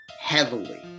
heavily